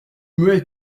muets